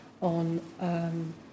on